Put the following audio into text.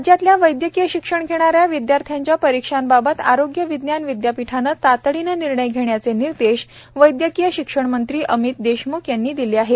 राज्यातल्या वैदयकीय शिक्षण घेणाऱ्या विदयार्थ्यांच्या परीक्षांबाबात आरोग्य विज्ञान विदयापीठानं तातडीन निर्णय घेण्याचे निर्देश वैद्यकीय शिक्षण मंत्री अमित देशमुख यांनी दिले आहेत